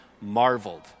marveled